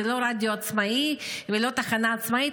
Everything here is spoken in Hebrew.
זה לא רדיו עצמאי ולא תחנה עצמאית,